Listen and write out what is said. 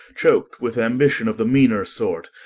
choakt with ambition of the meaner sort.